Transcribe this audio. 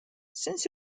since